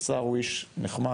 השר הוא איש נחמד,